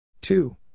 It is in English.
Two